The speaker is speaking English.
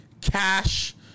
Cash